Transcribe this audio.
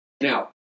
Now